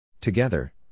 Together